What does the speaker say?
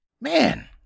Man